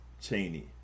Cheney